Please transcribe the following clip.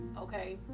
Okay